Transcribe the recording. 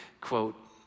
quote